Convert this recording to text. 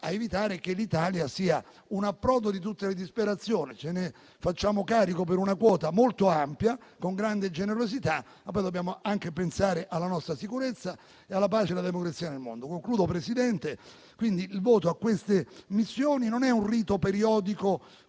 a evitare che l'Italia sia un approdo di tutte le disperazioni. Ce ne facciamo carico per una quota molto ampia, con grande generosità, ma poi dobbiamo anche pensare alla nostra sicurezza, alla pace e alla democrazia nel mondo. Concludo, signor Presidente, ribadendo che il voto a queste missioni non è un rito periodico,